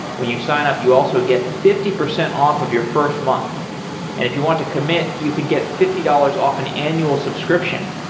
when you sign up, you also would get fifty percent off of your first month, and if you want to commit, you can get fifty dollars off an annual subscription.